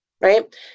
right